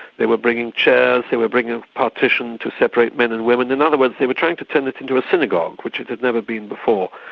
they were bringing chairs, they were bringing a partition to separate men and women. in and other words they were trying to turn it into a synagogue, which it had never been before.